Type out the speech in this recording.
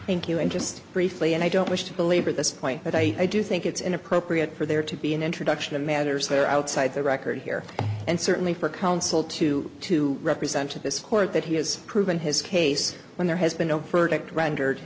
thank you and just briefly and i don't wish to belabor this point but i do think it's inappropriate for there to be an introduction to matters that are outside the record here and certainly for counsel to to represent to this court that he has proven his case when there has been a verdict rendered